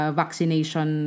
vaccination